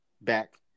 back